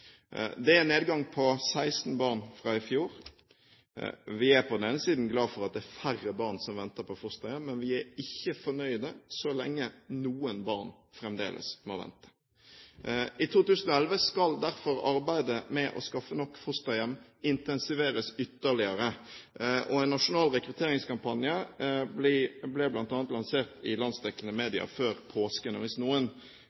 Det er en nedgang på 16 barn fra i fjor. Vi er på den ene siden glad for at det er færre barn som venter på fosterhjem, men vi er ikke fornøyde så lenge noen barn fremdeles må vente. I 2011 skal derfor arbeidet med å skaffe nok fosterhjem intensiveres ytterligere. En nasjonal rekrutteringskampanje ble bl.a. lansert i landsdekkende